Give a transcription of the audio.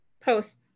post